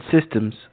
systems